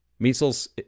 measles